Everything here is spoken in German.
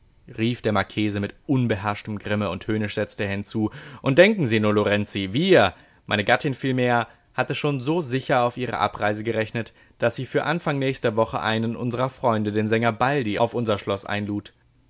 rief der marchese mit unbeherrschtem grimme und höhnisch setzte er hinzu und denken sie nur lorenzi wir meine gattin vielmehr hatte schon so sicher auf ihre abreise gerechnet daß sie für anfang nächster woche einen unsrer freunde den sänger baldi auf unser schloß einlud